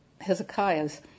Hezekiah's